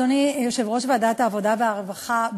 אדוני יושב-ראש ועדת העבודה והרווחה,